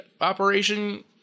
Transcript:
operation